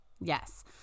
Yes